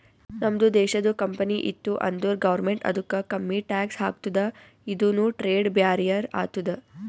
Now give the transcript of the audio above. ನಮ್ದು ದೇಶದು ಕಂಪನಿ ಇತ್ತು ಅಂದುರ್ ಗೌರ್ಮೆಂಟ್ ಅದುಕ್ಕ ಕಮ್ಮಿ ಟ್ಯಾಕ್ಸ್ ಹಾಕ್ತುದ ಇದುನು ಟ್ರೇಡ್ ಬ್ಯಾರಿಯರ್ ಆತ್ತುದ